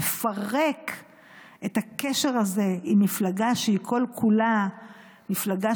לפרק את הקשר הזה עם מפלגה שהיא כל-כולה מפלגה